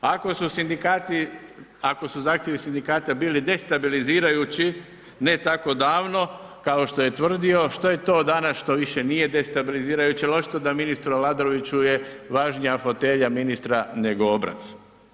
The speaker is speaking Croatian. Ako su sindikati, ako su zahtjevi sindikata bili destabilizirajući, ne tako davno, kao što je tvrdio, što je to danas što više nije destabilizirajuće jer očito da ministru Aladroviću je važnija fotelja ministra nego obraz.